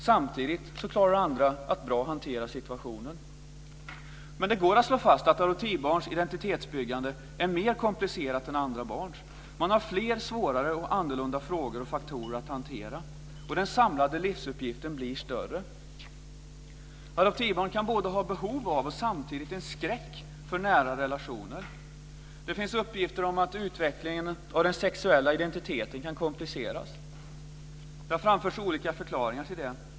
Samtidigt klarar andra av att hantera situationen bra. Men det går att slå fast att adoptivbarns identitetsbyggande är mer komplicerat än andra barns. De har fler, svårare och annorlunda frågor och faktorer att hantera, och den samlade livsuppgiften blir större. Adoptivbarn kan både ha behov av och en skräck för nära relationer. Det finns uppgifter om att utvecklingen av den sexuella identiteten kan kompliceras. Det har framförts olika förklaringar till det.